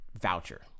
voucher